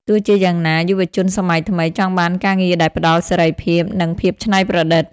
ទោះជាយ៉ាងណា យុវជនសម័យថ្មីចង់បានការងារដែលផ្តល់ "សេរីភាព" និង "ភាពច្នៃប្រឌិត"។